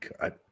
God